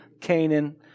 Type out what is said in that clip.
Canaan